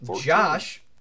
Josh